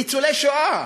ניצולי שואה,